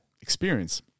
experience